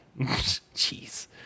jeez